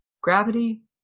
gravity